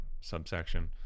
subsection